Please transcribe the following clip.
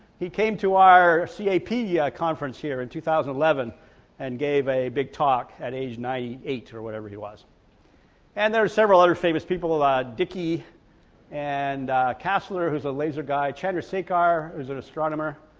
he came to our cpi conference here in two thousand and eleven and gave a big talk at age ninety eight or whatever he was and there are several other famous people ah dickey and castler who's a laser guy, chandrasekhar is an astronomer,